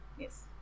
Yes